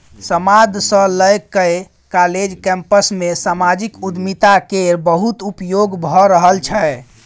समाद सँ लए कए काँलेज कैंपस मे समाजिक उद्यमिता केर बहुत उपयोग भए रहल छै